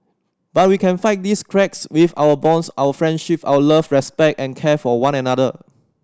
but we can fight these cracks with our bonds our friendship our love respect and care for one another